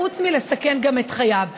חוץ משהוא מסכן גם את חייו.